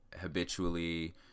habitually